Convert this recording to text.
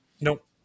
nope